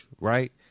Right